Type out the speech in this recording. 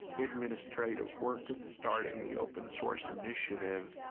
administrative work of starting the open source initiative